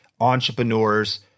entrepreneurs